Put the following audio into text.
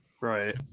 Right